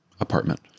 apartment